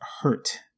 hurt